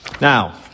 Now